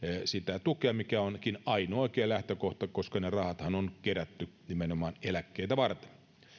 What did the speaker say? sitä tukea mikä onkin ainoa oikea lähtökohta koska ne rahathan on kerätty nimenomaan eläkkeitä varten